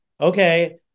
okay